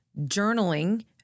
journaling